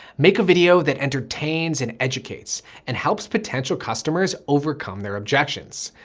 make a video that entertains and educates and helps potential customers overcome their objections,